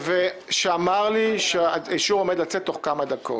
אמר לי שהאישור עומד לצאת תוך כמה דקות.